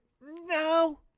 no